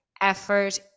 effort